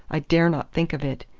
i dare not think of it.